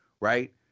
right